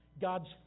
God's